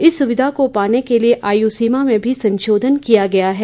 इस सुविधा को पाने के लिए आयु सीमा में भी संशोधन किया गया है